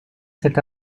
cet